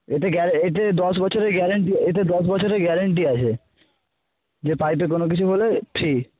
এতে এতে দশ বছরের গ্যারেন্টি এতে দশ বছরের গ্যারেন্টি আছে যে পাইপে কোনো কিছু হলে ফ্রি